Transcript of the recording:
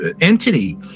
entity